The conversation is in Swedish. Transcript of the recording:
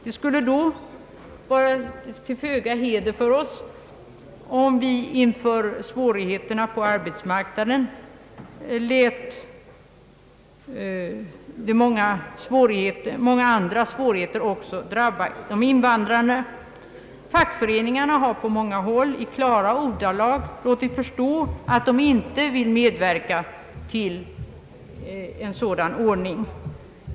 Det skulle då lända oss till föga heder om vi inför svårigheterna på arbetsmarknaden lät även andra svårigheter drabba invandrarna. Fackföreningarna har på många håll i klara ordalag låtit förstå, att de inte vill medverka till en sådan ordning.